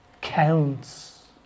counts